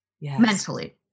mentally